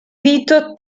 vito